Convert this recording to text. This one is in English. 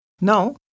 Now